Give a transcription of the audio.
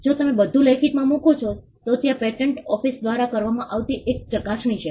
જો તમે બધું લેખિતમાં મૂકો છો તો ત્યાં પેટન્ટ ઓફીસ દ્વારા કરવામાં આવતી એક ચકાસણી છે